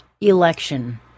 election